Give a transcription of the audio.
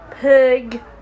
pig